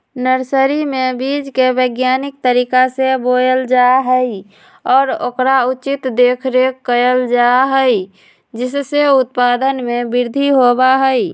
nursery में बीज के वैज्ञानिक तरीका से बोयल जा हई और ओकर उचित देखरेख कइल जा हई जिससे उत्पादन में वृद्धि होबा हई